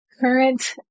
current